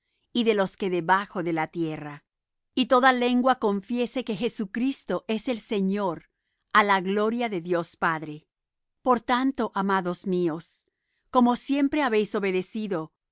y de los que debajo de la tierra y toda lengua confiese que jesucristo es el señor á la gloria de dios padre por tanto amados míos como siempre habéis obedecido no